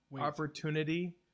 opportunity